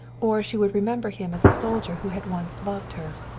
or she would remember him as a soldier who had once loved her.